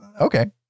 okay